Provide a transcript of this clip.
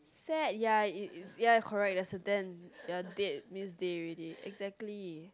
sad ya it it it ya correct there's a dent you are dead means died already exactly